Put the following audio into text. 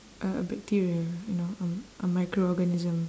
a a bacteria you know um a micro organism